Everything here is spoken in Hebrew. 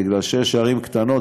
בגלל שיש ערים קטנות.